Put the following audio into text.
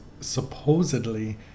supposedly